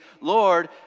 Lord